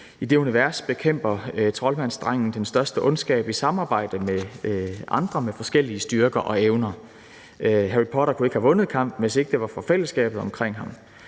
I det univers bekæmper troldmandsdrengen den største ondskab i samarbejde med andre med forskellige styrker og evner. Harry Potter kunne ikke have vundet kampen, hvis ikke det var for fællesskabet omkring ham,